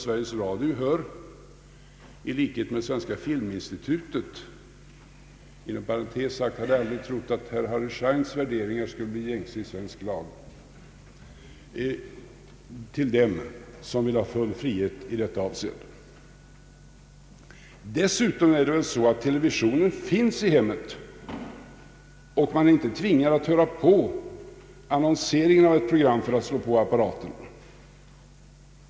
Sveriges Radio bör nämligen, i likhet med Svenska filminstitutet — inom parentes hade jag aldrig trott att Harry Scheins värderingar skulle bli gängse i svensk lag — till dem som vill ha full frihet i detta avseende. Dessutom finns televisionen i hemmen. Man behöver inte höra på annonseringen av ett program för att slå på apparaten.